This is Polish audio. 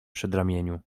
przedramieniu